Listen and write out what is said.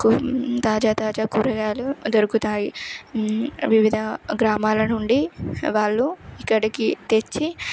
తాజా తాజా కూరగాయలు దొరుకుతాయి వివిధ గ్రామాల నుండి వాళ్ళు ఇక్కడికి తెచ్చి